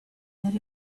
that